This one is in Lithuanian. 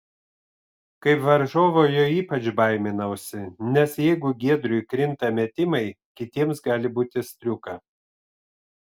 kaip varžovo jo ypač baiminausi nes jeigu giedriui krinta metimai kitiems gali būti striuka